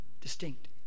Distinct